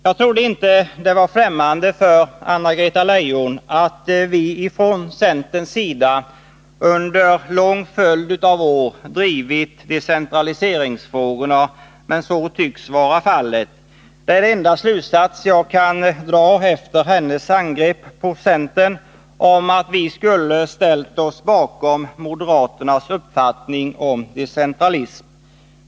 Jag trodde inte att det var fftämmande för Anna-Greta Leijon att vi från centerns sida under en lång följd av år drivit decentraliseringsfrågorna, men så tycks vara fallet; det är den enda slutsats jag kan dra efter hennes angrepp på centern för att vi skulle ha ställt oss bakom moderaternas uppfattning om decentralism.